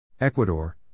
Ecuador